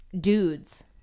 dudes